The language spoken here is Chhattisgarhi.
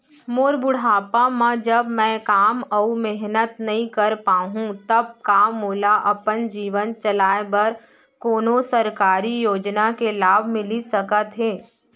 मोर बुढ़ापा मा जब मैं काम अऊ मेहनत नई कर पाहू तब का मोला अपन जीवन चलाए बर कोनो सरकारी योजना के लाभ मिलिस सकत हे?